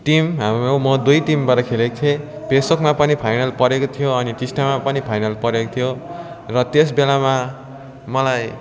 team म दुइ टिमबाट खेलेको थिएँ पेसोकमा पनि फाइनल परेको थियो अनि टिस्टामा पनि फाइनल परेको थियो र त्यसबेलामा मलाई